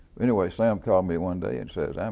anyway, sam called me one day and says,